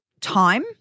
time